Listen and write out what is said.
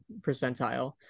percentile